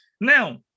Now